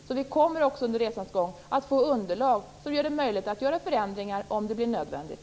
Så vi kommer också under resans gång att få underlag som gör det möjligt att göra förändringar om det blir nödvändigt.